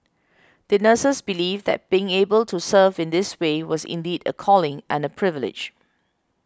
the nurses believed that being able to serve in this way was indeed a calling and a privilege